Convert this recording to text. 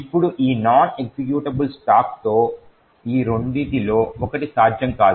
ఇప్పుడు ఈ non executable స్టాక్తో ఈ రెండింటిలో ఒకటి సాధ్యం కాదు